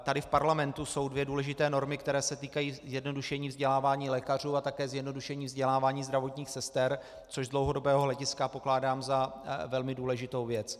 Tady v parlamentu jsou dvě důležité normy, které se týkají zjednodušení vzdělávání lékařů a také zjednodušení vzdělávání zdravotních sester, což z dlouhodobého hlediska pokládám za velmi důležitou věc.